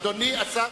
אדוני השר,